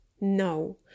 No